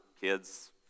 kids